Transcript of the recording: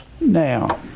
Now